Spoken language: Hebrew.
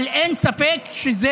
אבל אין ספק שזה